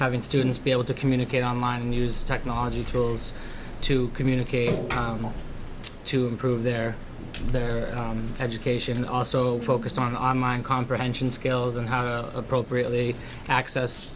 having students be able to communicate online use technology tools to communicate to improve their their education and also focused on online comprehension skills and how to appropriately access